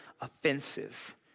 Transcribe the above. offensive